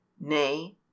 nay